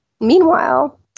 Meanwhile